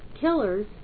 killers